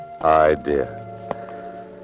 Idea